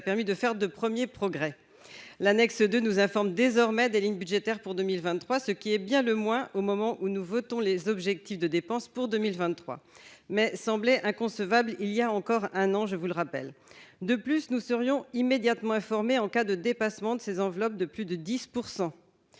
permis de faire de premiers progrès l'annexe de nous informe désormais des lignes budgétaires pour 2023, ce qui est bien le moins au moment où nous votons les objectifs de dépenses pour 2023 mais semblait inconcevable il y a encore un an, je vous le rappelle, de plus, nous serions immédiatement informé en cas de dépassement de ces enveloppes de plus de 10